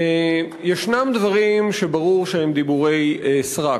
יש דברים שברור שהם דיבורי סרק,